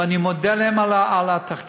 ואני מודה להם על התחקיר.